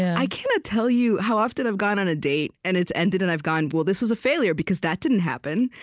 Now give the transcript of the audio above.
i cannot tell you how often i've gone on a date, and it's ended, and i've gone, well, this was a failure, because that didn't happen.